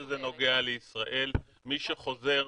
ככל שזה נוגע לישראל מי שחוזר,